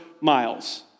miles